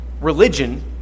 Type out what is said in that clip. religion